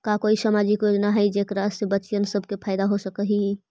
का कोई सामाजिक योजना हई जेकरा से बच्चियाँ सब के फायदा हो सक हई?